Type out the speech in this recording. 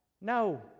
No